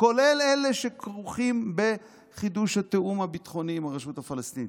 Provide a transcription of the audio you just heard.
כולל אלה שכרוכים בחידוש התיאום הביטחוני עם הרשות הפלסטינית,